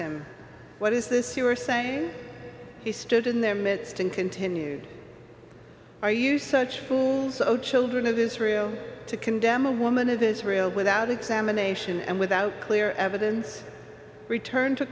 him what is this you are saying he stood in their midst and continued are you such fools so children of israel to condemn a woman of israel without examination and without clear evidence returned to